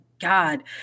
God